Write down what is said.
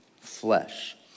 flesh